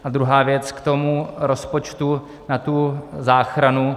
A druhá věc k tomu rozpočtu na tu záchranu.